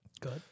Good